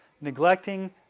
neglecting